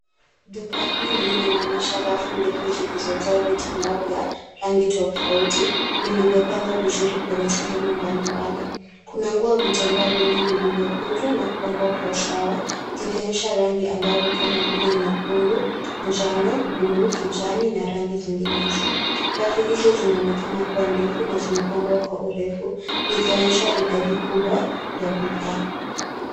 Duka hili linaonyesha rafu ndefu zilizojaa vitambaa cha rangi tofauti vilivyopangwa vizuri kwenye sehemu mbalimbali. Kuna nguo na vitambaa vingi vvvilivyopangwa kwa usawa zikionyesha rangi angavu kama vile nyekundu, njano, bluu, kijani na rangi zinginezo. Rafu hizo zinaonekana kuwa ndefu na zimepangwa kwa urefu zikionyesha usafi kubwa ya bidhaa.